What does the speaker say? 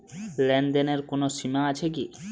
লেনদেনের কোনো সীমা আছে কি?